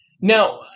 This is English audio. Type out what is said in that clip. Now